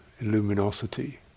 luminosity